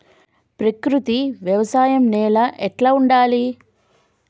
ప్రకృతి వ్యవసాయం నేల ఎట్లా ఉండాలి?